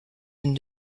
une